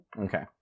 Okay